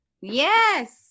Yes